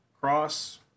Cross